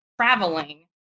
traveling